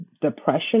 depression